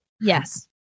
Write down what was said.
Yes